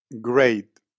great